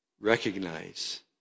recognize